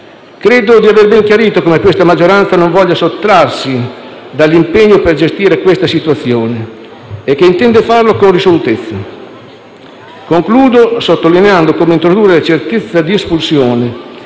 Credo di aver ben chiarito come questa maggioranza non voglia sottrarsi all'impegno di gestire questa situazione e che intende farlo con risolutezza. Concludo sottolineando come introdurre certezza di espulsione